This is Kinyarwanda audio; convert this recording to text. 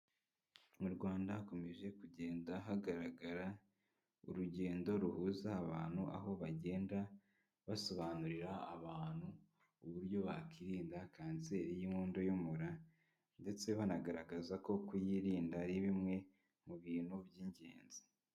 Mu Rwanda hakomeje kugenda hagaragara urugendo ruhuza abantu aho bagenda basobanurira abantu, uburyo bakiririnda kanseri y'inkondo y'umura ndetse banagaragaza ko kuyirinda ari bimwe mu bintu by'ingenzi.